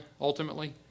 ultimately